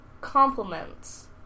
compliments